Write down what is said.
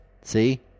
See